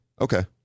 Okay